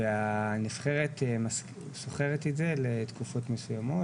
והנבחרת שוכרת את זה לתקופות מסויימות,